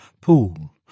pool